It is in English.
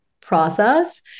process